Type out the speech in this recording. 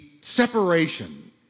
separation